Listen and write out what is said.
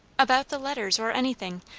about the letters or anything.